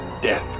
Death